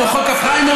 כמו חוק הפריימריז,